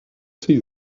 see